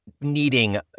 needing